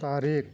थारिख